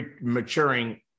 maturing